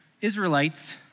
Israelites